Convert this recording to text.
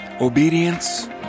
obedience